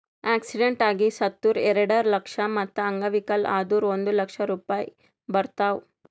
accident ಆಗಿ ಸತ್ತುರ್ ಎರೆಡ ಲಕ್ಷ, ಮತ್ತ ಅಂಗವಿಕಲ ಆದುರ್ ಒಂದ್ ಲಕ್ಷ ರೂಪಾಯಿ ಬರ್ತಾವ್